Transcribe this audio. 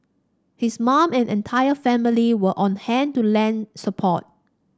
his mum and entire family were on hand to lend support